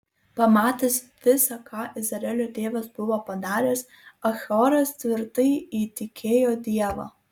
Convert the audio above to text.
pamatęs visa ką izraelio dievas buvo padaręs achioras tvirtai įtikėjo dievą